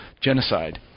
genocide